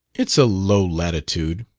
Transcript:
it's a low latitude,